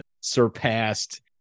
surpassed